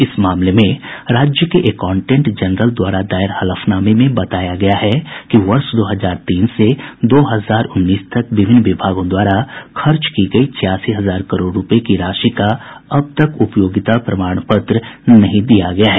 इस मामले में राज्य के एकाउंटेंट जनरल द्वारा दायर हलफनामे में बताया गया है कि वर्ष दो हजार तीन से दो हजार उन्नीस तक विभिन्न विभागों द्वारा खर्च की गयी छियासी हजार करोड़ रूपये की राशि का अब तक उपयोगिता प्रमाण पत्र नहीं दिया गया है